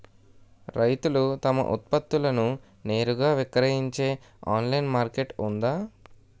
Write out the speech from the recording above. రైతులు తమ ఉత్పత్తులను నేరుగా విక్రయించే ఆన్లైన్ మార్కెట్ ఉందా?